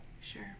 Sure